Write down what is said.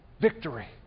victory